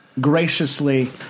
graciously